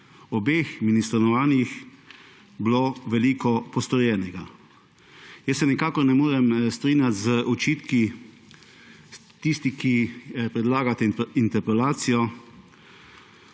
obeh ministrovanjih bilo veliko postorjenega. Jaz se nikakor ne morem strinjati z očitki tistih, ki predlagate interpelacijo.